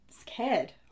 Scared